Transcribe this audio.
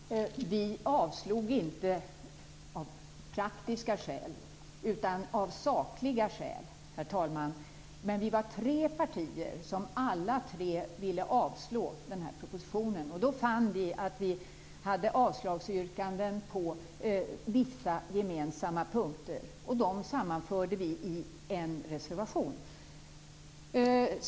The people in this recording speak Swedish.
Herr talman! Vi avstyrkte inte av praktiska skäl, utan av sakliga skäl. Vi var tre partier som alla tre ville avslå den här propositionen. Då fann vi att vi hade avslagsyrkanden på vissa gemensamma punkter. Dem sammanförde vi i en reservation.